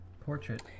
portrait